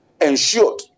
ensured